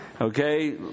Okay